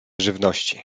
żywności